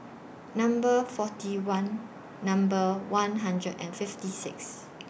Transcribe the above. Number forty one Number one hundred and fifty six